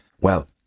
Well